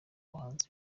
bahanzi